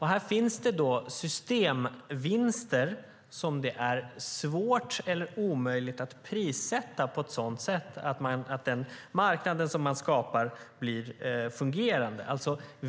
Här finns det systemvinster som det är svårt eller omöjligt att prissätta på ett sådant sätt att den marknad som skapas blir fungerande.